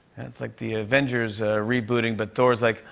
it's like the avengers rebooting, but thor is like,